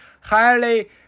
highly